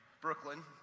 Brooklyn